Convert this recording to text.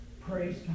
Praise